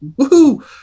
woohoo